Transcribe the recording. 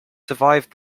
survived